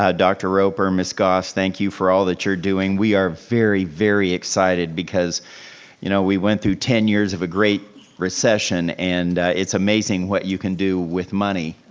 um dr. roper, ms. goss, thank you for all that you're doing. we are very, very excited because you know we went through ten years of a great recession and it's amazing what you can with money.